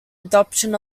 adoption